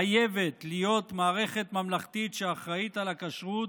חייבת להיות מערכת ממלכתית שאחראית לכשרות,